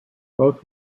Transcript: both